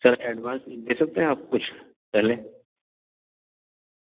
سر advance دے سکتے ہیں آپ کچھ پہلے